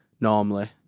normally